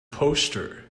poster